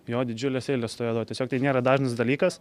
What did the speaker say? jo didžiulės eilės stovėdavo tiesiog tai nėra dažnas dalykas